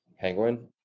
Penguin